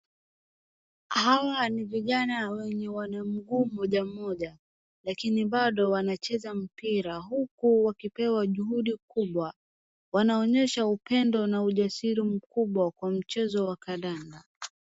Hawa ni vijana wenye wana mguu moja moja lakini bado wanacheza mpira huku wakipewa juhudi kubwa. Wanaonyesha upendo na ujasiri mkubwa kwa mchezo wa kandanda.